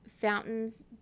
fountains